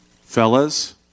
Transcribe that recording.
Fellas